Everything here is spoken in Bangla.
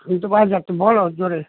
শুনতে পাওয়া যাচ্ছে তুমি বলো জোরে